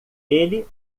ele